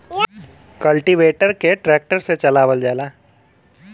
cultivator के tractor से चलावल जाला